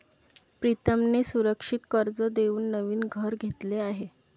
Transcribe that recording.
प्रीतमने सुरक्षित कर्ज देऊन नवीन घर घेतले आहे